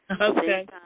Okay